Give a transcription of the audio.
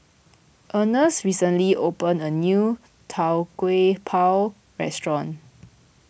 Ernst recently open a new Tau Kwa Pau restaurant